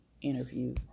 interview